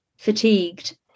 fatigued